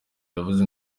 yavuzwe